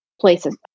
places